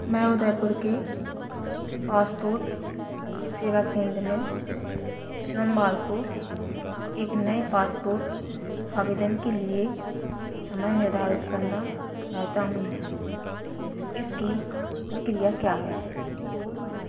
मैं उदयपुर के पासपोर्ट सेवा केंद्र में सोमवार को एक नए पासपोर्ट आवेदन के लिए समय निर्धारित करना चाहता हूँ इसकी प्रक्रिया क्या है